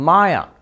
Maya